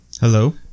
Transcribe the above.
Hello